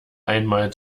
einmal